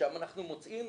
ששם אנחנו מוצאים